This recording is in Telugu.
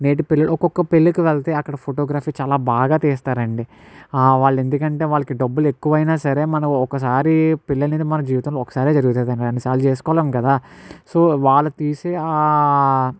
నేటి పెళ్ళిళ్లు ఒక్కొక్క పెళ్ళికి వెళ్తే అక్కడ ఫోటోగ్రఫీ చాలా బాగా తీస్తారండి వాళ్ళు ఎందుకంటే వాళ్ళకి డబ్బులు ఎక్కువైనా సరే మనం ఒకసారి పెళ్ళి అనేది మన జీవితంలో ఒకసారి జరుగుతుంది అండి రెండుసార్లు చేసుకోలేము కదా సో వాళ్ళు తీసే